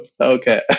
okay